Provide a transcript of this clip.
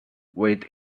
with